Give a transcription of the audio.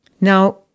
Now